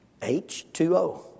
H2O